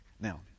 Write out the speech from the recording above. now